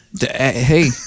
Hey